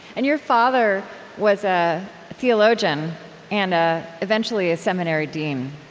and your father was a theologian and, eventually, a seminary dean.